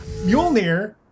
Mjolnir